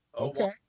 Okay